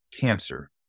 cancer